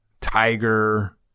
Tiger